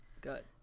good